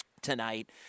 tonight